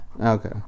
Okay